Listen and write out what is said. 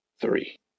Three